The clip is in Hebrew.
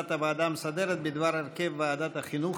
הוועדה המסדרת בדבר הרכב ועדת החינוך,